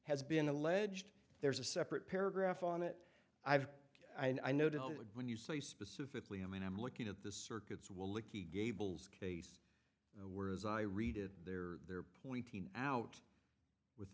has been alleged there's a separate paragraph on it i've i know dealt with when you say specifically i mean i'm looking at the circuits will licky gable's case were as i read it there they're pointing out with